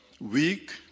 weak